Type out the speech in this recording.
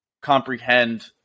comprehend